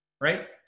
right